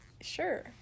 Sure